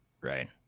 Right